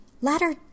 Ladder